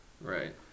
Right